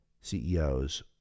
CEOs